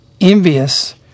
envious